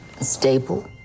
stable